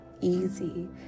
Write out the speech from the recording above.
easy